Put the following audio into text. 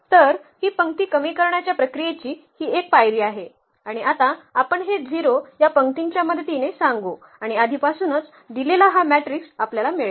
तर ही पंक्ती कमी करण्याच्या प्रक्रियेची ही एक पायरी आहे आणि आता आपण हे 0 या पंक्तीच्या मदतीने सांगू आणि आधीपासूनच दिलेला हा मॅट्रिक्स आपल्याला मिळेल